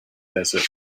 desert